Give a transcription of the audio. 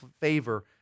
favor